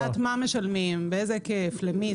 אני צריכה לדעת מה משלמים, באיזה היקף ולמי.